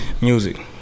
Music